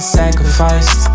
sacrificed